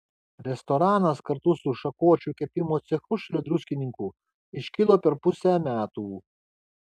restoranas kartu su šakočių kepimo cechu šalia druskininkų iškilo per pusę metų